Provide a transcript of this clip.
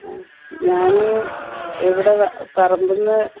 ആ ഞാൻ ഇവിടെ പറമ്പിൽനിന്ന്